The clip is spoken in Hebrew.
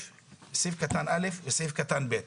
סעיף קטן (א) וסעיף קטן (ב),